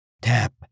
Tap